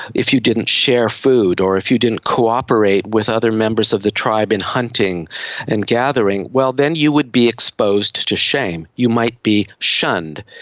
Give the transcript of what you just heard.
if you didn't share food or if you didn't cooperate with other members of the tribe in hunting and gathering, well then you would be exposed to shame, you might be shunned.